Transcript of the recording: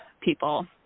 people